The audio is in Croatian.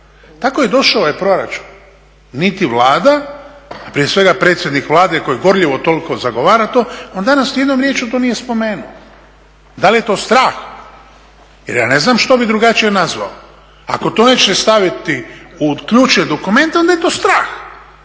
Tako je došao i ovaj proračun. Niti Vlada, a prije svega predsjednik Vlade koji gorljivo toliko zagovara to, on danas ni jednom riječju to nije spomenuo. Da li je to strah, jer ja ne znam što bi drugačije nazvao, ako to nećete staviti u ključne dokumente onda je to strah.